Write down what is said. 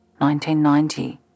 1990